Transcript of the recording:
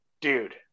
dude